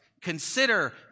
Consider